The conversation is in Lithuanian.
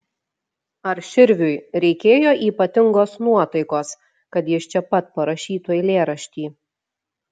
ar širviui reikėjo ypatingos nuotaikos kad jis čia pat parašytų eilėraštį